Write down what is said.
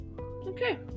okay